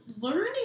learning